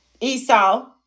esau